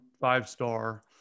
five-star